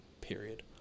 period